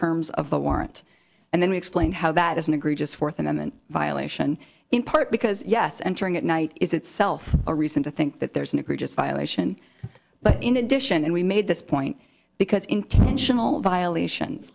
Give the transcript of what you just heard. terms of the warrant and then we explain how that is an egregious fourth amendment violation in part because yes entering at night is itself a reason to think that there's an egregious violation but in addition and we made this point because intentional violations